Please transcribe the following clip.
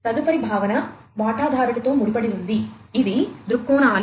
తదుపరి భావన వాటాదారులతో ముడిపడి ఉంది ఇవి దృక్కోణాలు